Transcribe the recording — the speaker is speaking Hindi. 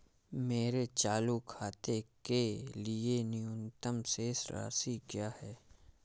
मेरे चालू खाते के लिए न्यूनतम शेष राशि क्या है?